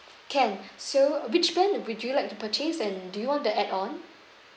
can so which plan would you like to purchase and do you want the add on